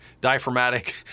diaphragmatic